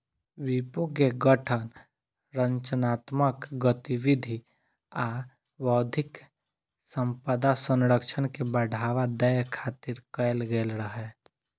विपो के गठन रचनात्मक गतिविधि आ बौद्धिक संपदा संरक्षण के बढ़ावा दै खातिर कैल गेल रहै